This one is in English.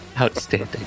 Outstanding